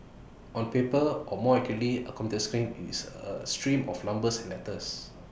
on paper or more accurately A computer screen it's A stream of numbers and letters